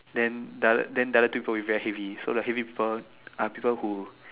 then the other then the other two people will very heavy so the heavy people are people who